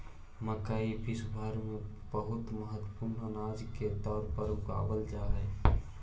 मकई विश्व भर में बहुत महत्वपूर्ण अनाज के तौर पर उगावल जा हई